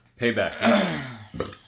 Payback